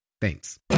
Thanks